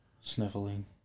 Sniffling